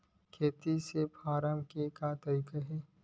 खेती से फारम के का तरीका हे?